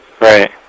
Right